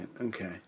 Okay